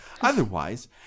Otherwise